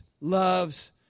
loves